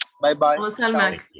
Bye-bye